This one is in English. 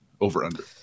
over-under